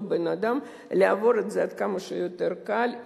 בן-אדם לעבור את זה עד כמה שיותר בקלות,